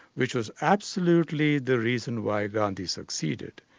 which was absolutely the reason why gandhi succeeded.